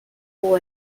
war